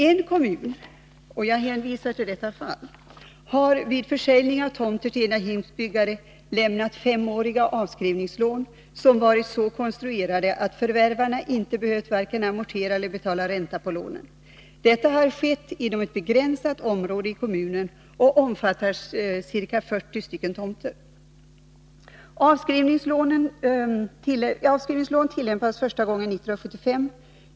En kommun — och jag hänvisar till detta fall — har vid försäljning av tomter till egnahemsbyggare lämnat femåriga avskrivningslån, som varit så konstruerade att förvärvarna inte behövt varken amortera eller betala ränta på lånen. Detta har skett inom ett begränsat område i kommunen, och projektet omfattar ca 40 stycken tomter. Avskrivningslån tillämpades första gången 1975.